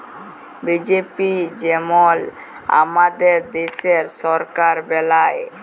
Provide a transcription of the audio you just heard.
BJP যেমল আমাদের দ্যাশের সরকার বেলায়